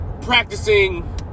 practicing